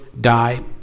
die